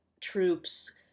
troops